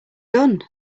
gun